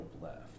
left